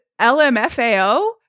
LMFAO